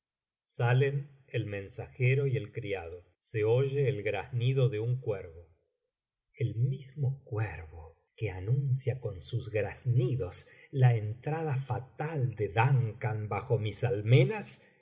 salen el mensajero y el criado se oye el graznido de un cuervo el mismo cuervo qug anuncia con sus graznidos la entrada fatal de duncan bajo mis almenas